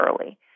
early